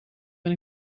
ben